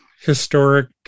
historic